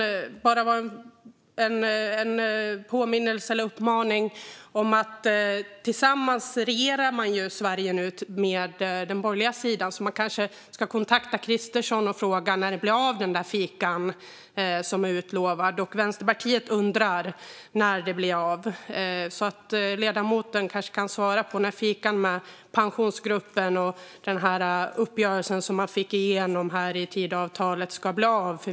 Då har jag en påminnelse eller uppmaning; man regerar nu Sverige tillsammans med den borgerliga sidan och ska kanske kontakta Kristersson och fråga när det där utlovade fikat ska bli av. Vänsterpartiet undrar också när det blir av. Ledamoten kanske kan svara på när det ska bli ett fika med Pensionsgruppen och när uppgörelsen man fick igenom i Tidöavtalet ska bli av.